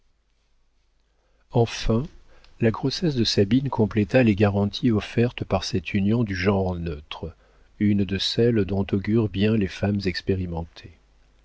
enfin la grossesse de sabine compléta les garanties offertes par cette union du genre neutre une de celles dont augurent bien les femmes expérimentées